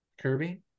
Kirby